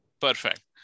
perfect